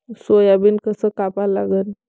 Soybean कस कापा लागन?